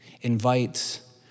invites